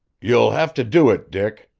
you'll have to do it, dick,